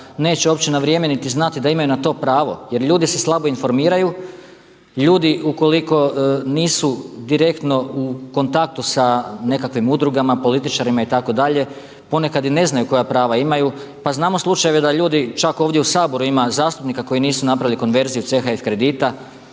neće uopće na vrijeme niti znati da imaju na to pravo jer ljudi se slabo informiraju. Ljudi ukoliko nisu direktno u kontaktu sa nekakvim udrugama, političarima itd. ponekad i ne znaju koja prava imaju. Pa znamo slučajeve da ljudi čak ovdje u Saboru ima zastupnika koji nisu napravili konverziju CHF kredita.